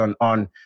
on